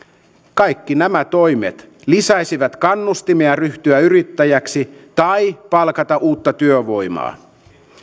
kaikki nämä toimet lisäisivät kannustimia ryhtyä yrittäjäksi tai palkata uutta työvoimaa